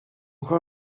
کار